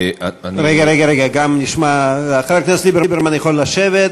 אני, רגע, רגע, חבר הכנסת ליברמן יכול לשבת,